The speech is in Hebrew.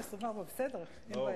24. בסדר,